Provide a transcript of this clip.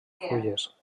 fulles